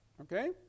Okay